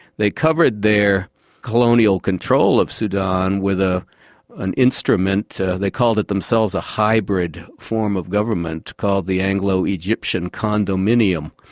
they covered their colonial control of sudan with ah an instrument they called it themselves a hybrid form of government called the anglo egyptian condominium.